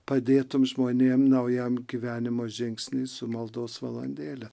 padėtum žmonėm naujam gyvenimo žingsny su maldos valandėle